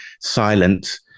silent